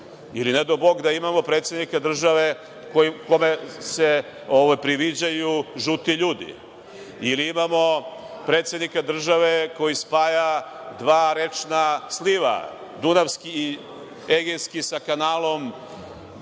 ili ne dao Bog da imamo predsednika države kome se priviđaju žuti ljudi, ili da imamo predsednika države koji spaja dva rečna sliva, dunavski i egejski sa kanalom,